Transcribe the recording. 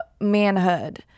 manhood